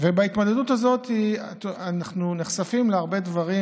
בהתמודדות הזאת אנחנו נחשפים להרבה דברים